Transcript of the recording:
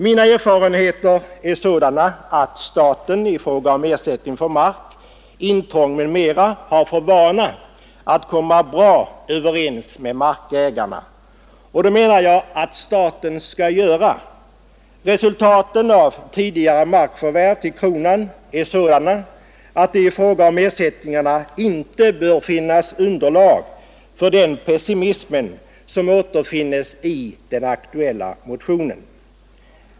Mina erfarenheter är att staten i fråga om ersättning för mark, intrång m.m. har för vana att komma bra överens med markägarna, och det menar jag att staten skall göra. Resultaten av tidigare markförvärv till kronan är av den arten att det i fråga om ersättningarna inte bör finnas underlag för den pessimism som kommer till uttryck i den aktuella motionen.